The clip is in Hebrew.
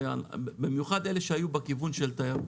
במיוחד אלה שהיו בכיוון של תיירות.